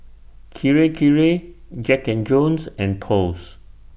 Kirei Kirei Jack and Jones and Post